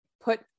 put